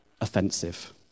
offensive